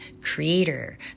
creator